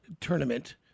tournament